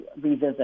revisit